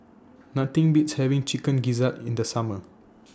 Nothing Beats having Chicken Gizzard in The Summer